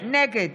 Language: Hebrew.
נגד